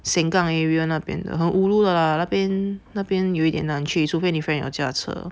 Sengkang area 那边的很 ulu 的啦那边那边有一点难去除非你 friend 有驾车